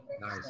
nice